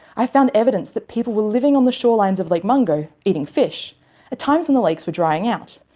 i've found evidence that people were living on the shorelines of lake mungo eating fish at times when the lakes were drying out,